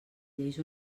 lleis